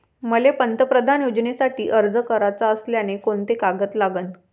मले पंतप्रधान योजनेसाठी अर्ज कराचा असल्याने कोंते कागद लागन?